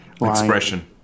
expression